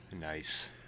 Nice